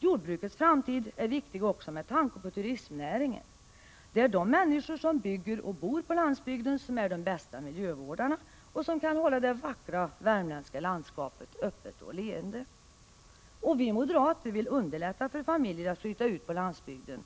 Jordbrukets framtid är viktig också med tanke på turistnäringen. Det är de människor som bygger och bor på landsbygden som är de bästa miljövårdarna och som kan hålla det vackra värmländska landskapet öppet och leende. Vi moderater vill underlätta för familjer att flytta ut på landsbygden.